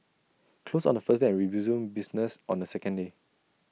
closed on the first day and resumes business on the second day